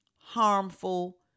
harmful